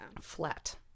flat